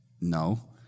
No